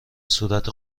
صورت